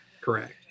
Correct